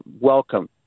welcome